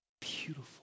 beautiful